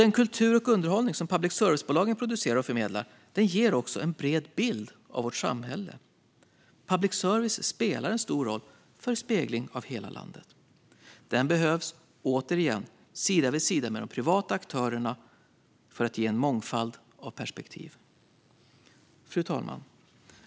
Den kultur och underhållning som public service-bolagen producerar och förmedlar ger också en bred bild av vårt samhälle. Public service spelar en stor roll för spegling av hela landet. Den behövs, återigen sida vid sida med de privata aktörerna, för att ge en mångfald av perspektiv. Fru talman!